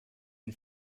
ein